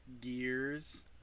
gears